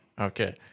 Okay